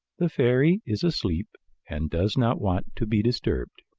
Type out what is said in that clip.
the fairy is asleep and does not want to be disturbed.